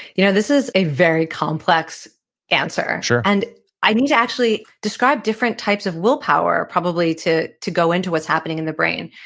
you know this is a very complex answer sure and i need to actually describe different types of willpower, probably, to to go into what's happening in the brain.